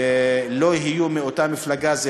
לא יהיו מאותה מפלגה.